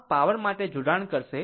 આમ પાવર માટે જોડાણ કરશે